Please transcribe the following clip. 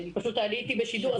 אני פשוט עליתי לשידור,